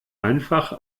einfach